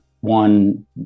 one